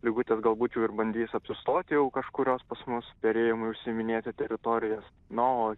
ligutės galbūt jau ir bandys apsistoti jau kažkurios pas mus perėjimui užsiiminėti teritorijas na o